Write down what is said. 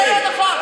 זה לא נכון.